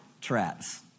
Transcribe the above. traps